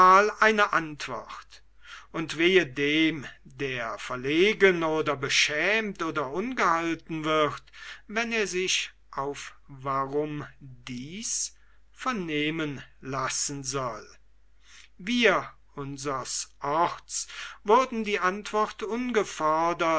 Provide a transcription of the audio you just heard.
eine antwort und wehe dem der verlegen oder beschämt oder ungehalten wird wenn er sich auf warum dies vernehmen lassen soll wir unsers orts würden die antwort